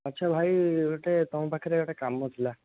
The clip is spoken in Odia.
ଆଚ୍ଛା ଭାଇ ଗୋଟେ ତୁମ ପାଖରେ ଗୋଟେ କାମ ଥିଲା